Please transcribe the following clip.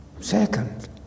second